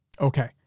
Okay